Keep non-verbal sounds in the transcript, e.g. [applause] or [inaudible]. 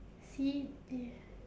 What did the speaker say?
see [noise]